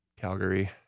Calgary